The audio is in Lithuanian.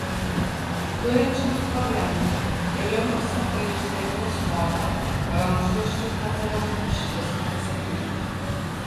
turinčioms probleminę linkusią į išbėrimus odą rankšluosčių patariama išvis atsisakyti